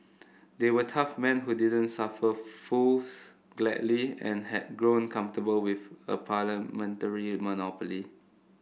they were tough men who didn't suffer fools gladly and had grown comfortable with a parliamentary monopoly